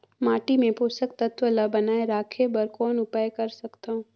माटी मे पोषक तत्व ल बनाय राखे बर कौन उपाय कर सकथव?